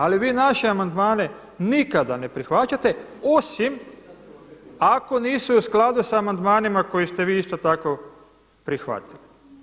Ali vi naše amandmane nikada ne prihvaćate, osim ako nisu u skladu sa amandmanima koje ste vi isto tako prihvatili.